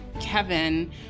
Kevin